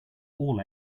all